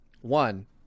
one